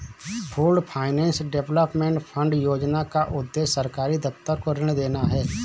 pooled finance development fund योजना का उद्देश्य सरकारी दफ्तर को ऋण देना है